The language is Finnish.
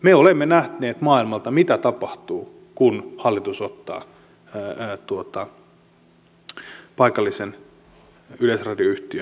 me olemme nähneet maailmalta mitä tapahtuu kun hallitus ottaa paikallisen yleisradioyhtiön haltuun